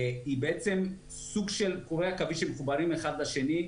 הוא סוג של קורי עכביש שמחוברים האחד לשני,